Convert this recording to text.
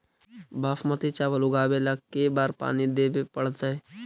बासमती चावल उगावेला के बार पानी देवे पड़तै?